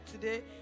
today